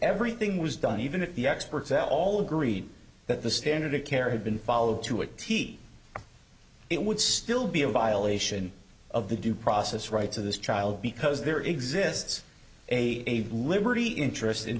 everything was done even if the experts at all agreed that the standard of care had been followed to a t it would still be a violation of the due process rights of this child because there exists a liberty interest in